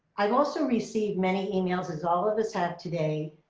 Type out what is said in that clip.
i've also received many emails, as all of us have today,